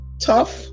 tough